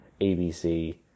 ABC